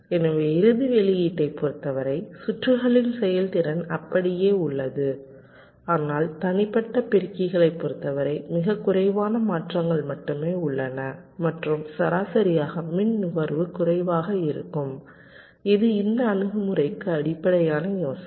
எனவே இறுதி வெளியீட்டைப் பொறுத்தவரை சுற்றுகளின் செயல்திறன் அப்படியே உள்ளது ஆனால் தனிப்பட்ட பெருக்கிகளைப் பொறுத்தவரை மிகக் குறைவான மாற்றங்கள் மட்டுமே உள்ளன மற்றும் சராசரியாக மின் நுகர்வு குறைவாக இருக்கும் இது இந்த அணுகுமுறைக்கு அடிப்படையான யோசனை